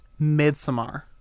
Midsommar